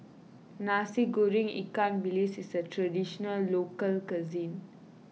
Nasi Goreng Ikan Bilis is a Traditional Local Cuisine